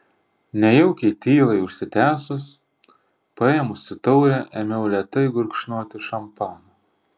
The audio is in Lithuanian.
nejaukiai tylai užsitęsus paėmusi taurę ėmiau lėtai gurkšnoti šampaną